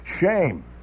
Shame